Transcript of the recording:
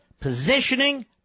positioning